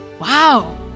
Wow